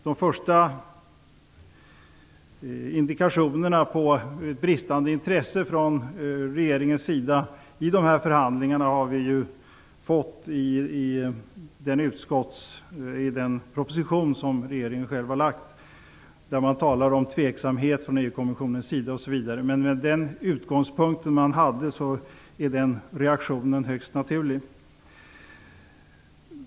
De första indikationerna på bristande intresse från regeringens sida i dessa förhandlingar har vi fått i den proposition som regeringen har lagt fram. Där talas det bl.a. om tveksamhet från EU-kommissionens sida. Med den utgångspunkt som man hade är den reaktionen högst naturlig.